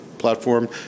platform